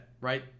right